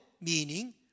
meaning